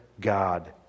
God